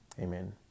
amen